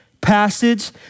passage